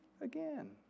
again